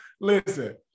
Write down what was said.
Listen